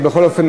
בכל אופן,